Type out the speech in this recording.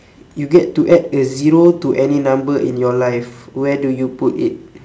you get to add a zero to any number in your life where do you put it